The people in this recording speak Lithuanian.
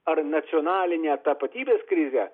ar nacionalinę tapatybės krizę